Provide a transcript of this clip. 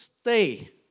stay